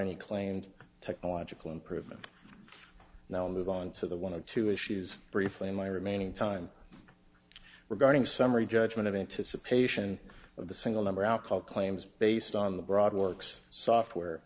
any claimed technological improvement now move on to the one of two issues briefly in my remaining time regarding summary judgment of anticipation of the single number outcall claims based on the broad works software